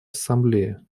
ассамблее